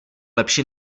lepší